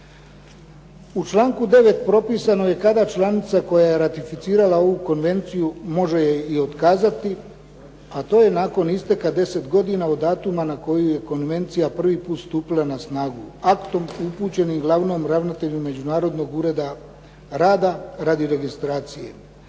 U članku 9. propisano je kada članica koja je ratificirala ovu konvenciju može je i otkazati, a to je nakon isteka 10 godina od datuma na koju je konvencija prvi put stupila na snagu aktom upućenim glavnom ravnatelju Međunarodnog ureda rada radi registracije.